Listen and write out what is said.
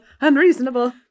unreasonable